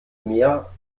mehr